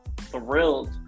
thrilled